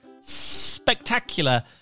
spectacular